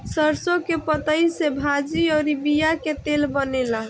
सरसों के पतइ से भाजी अउरी बिया के तेल बनेला